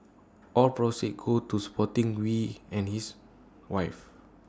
all proceeds go to supporting wee and his wife